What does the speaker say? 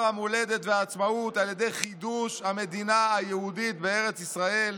המולדת והעצמאות על ידי חידוש המדינה היהודית בארץ-ישראל,